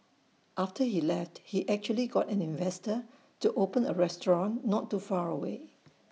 after he left he actually got an investor to open A restaurant not too far away